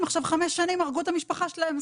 הם עכשיו חמש שנים הרגו את המשפחה שלהם,